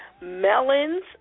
Melons